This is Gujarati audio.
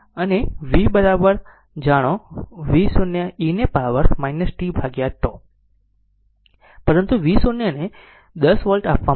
અને v જાણો v0 e ને પાવર t τ પરંતુ v 0 ને 10 વોલ્ટ આપવામાં આવે છે